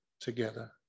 together